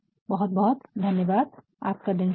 बहुत बहुत धन्यवाद आपका दिन शुभ हो